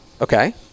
okay